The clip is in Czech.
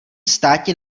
státi